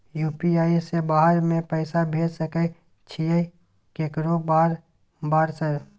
UPI से बाहर में पैसा भेज सकय छीयै केकरो बार बार सर?